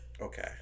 okay